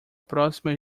próxima